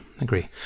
agree